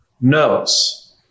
knows